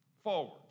forward